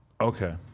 okay